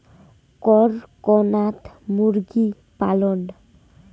করকনাথ মুরগি পালন?